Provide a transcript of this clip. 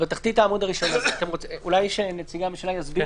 אולי נציגי הממשלה יסבירו?